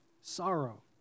Sorrow